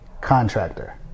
contractor